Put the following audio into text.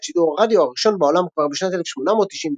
את שידור הרדיו הראשון בעולם כבר בשנת 1893,